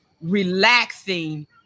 relaxing